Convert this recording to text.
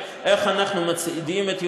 איך אנחנו מצעידים את ירושלים,